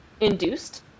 induced